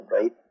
right